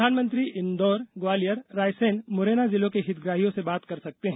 प्रधानमंत्री इंदौर ग्वालियर रायसेन मुरैना जिलों के हितग्राहियों से बात कर सकते हैं